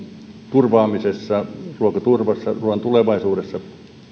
turvaamisessa ruokaturvassa ruuan tulevaisuudessa